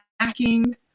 attacking